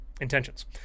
intentions